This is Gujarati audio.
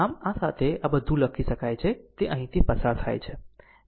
આમ આ સાથે આ બધું લખી શકાય છે તે અહીંથી પસાર થઈ શકે છે